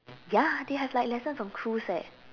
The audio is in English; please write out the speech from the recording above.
ya they have like lessons on cruise eh